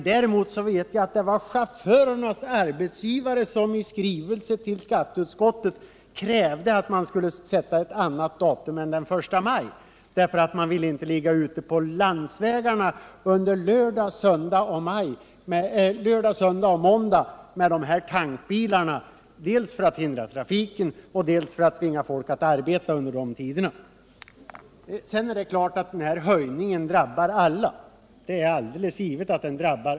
Däremot vet jag att det var chaufförernas arbetsgivare som i skrivelse till skatteutskottet krävde att man skulle sätta ett annat datum än den 1 maj, därför att man inte ville ligga ute på landsvägarna med tankbilarna under lördag, söndag och måndag — dels för att trafiken i så fall hindrades, dels för att chaufförerna skulle slippa arbeta under de tiderna. Det är klart att höjningen drabbar alla.